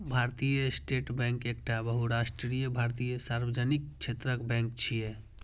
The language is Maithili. भारतीय स्टेट बैंक एकटा बहुराष्ट्रीय भारतीय सार्वजनिक क्षेत्रक बैंक छियै